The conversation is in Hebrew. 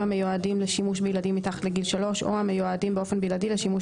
המיועדים לשימוש בילדים מתחת לגיל שלוש או המיועדים באופן בלעדי לשימוש